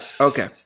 Okay